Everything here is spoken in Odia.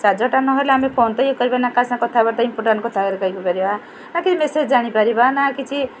ଚାର୍ଜଟା ନହେଲେ ଆମେ ଫୋନ ପେ' କରିବେ ନା କାହିଁକିନା କଥାବାର୍ତ୍ତା ଇମ୍ପୋର୍ଟାଣ୍ଟ କଥା ହେଲେ କହିକୁ ପାରିବା ନା କିଛି ମେସେଜ ଜାଣିପାରିବା ନା କିଛି